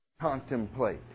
contemplate